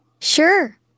Sure